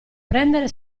prendere